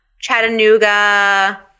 Chattanooga